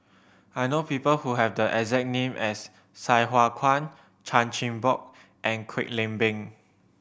I know people who have the exact name as Sai Hua Kuan Chan Chin Bock and Kwek Leng Beng